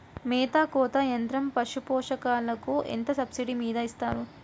మేత కోత యంత్రం పశుపోషకాలకు ఎంత సబ్సిడీ మీద ఇస్తారు?